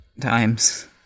times